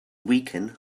weaken